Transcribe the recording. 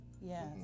yes